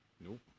Nope